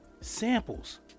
Samples